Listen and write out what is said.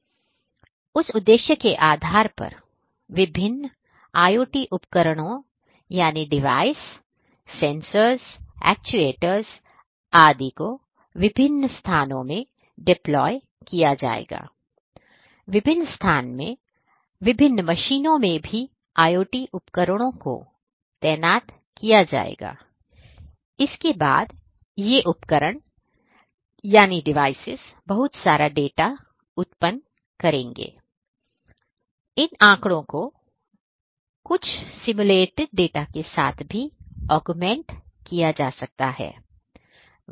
इसलिए उस उद्देश्य के आधार पर विभिन्न IoT उपकरणों यानी device sensors actuators etc sensor actuator आदि को विभिन्न स्थानों में deploy किया जा सकता है